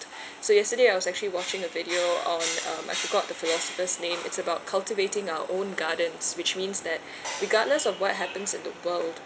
so yesterday I was actually watching a video on um I forgot the fellow's first name it's about cultivating our own gardens which means that regardless of what happens in the world